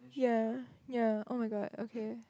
ya ya [oh]-my-god okay